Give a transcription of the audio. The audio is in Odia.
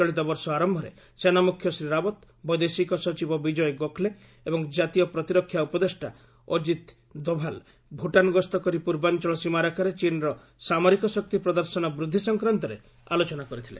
ଚଳିତ ବର୍ଷ ଆରମ୍ଭରେ ସେନାମୁଖ୍ୟ ଶ୍ରୀ ରାଓତ ବୈଦେଶିକ ସଚିବ ବିଜୟ ଗୋଖଲେ ଏବଂ ଜାତୀୟ ପ୍ରତିରକ୍ଷା ଉପଦେଷ୍ଟା ଅଜିତ ଦୋଭାଲ୍ ଭୁଟାନ ଗସ୍ତ କରି ପୂର୍ବାଞ୍ଚଳ ସୀମାରେଖାରେ ଚୀନ୍ର ସାମରିକ ଶକ୍ତି ପ୍ରଦର୍ଶନ ବୃଦ୍ଧି ସଂକ୍ରାନ୍ତରେ ଆଲୋଚନା କରିଥିଲେ